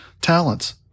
talents